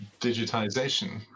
digitization